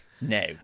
No